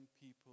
people